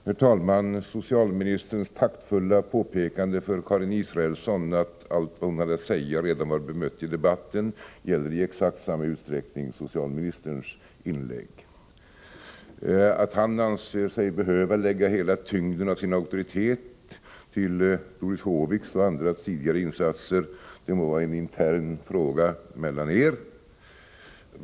Herr talman! Socialministerns taktfulla påpekande för Karin Israelsson att allt vad hon hade att säga redan var bemött i debatten gäller i exakt samma utsträckning socialministerns inlägg. Att han anser sig behöva lägga hela tyngden av sin auktoritet till Doris Håviks och andras tidigare insatser må vara en intern fråga mellan er.